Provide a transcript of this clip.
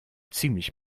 ziemlich